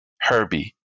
Herbie